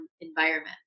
environment